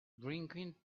drinking